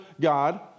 God